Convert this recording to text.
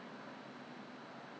!huh! water 很难洗